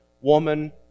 woman